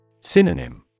Synonym